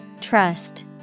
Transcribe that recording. Trust